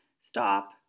stop